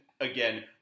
again